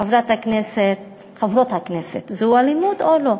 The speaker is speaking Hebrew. חברות הכנסת, זו אלימות או לא?